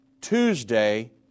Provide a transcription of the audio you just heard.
Tuesday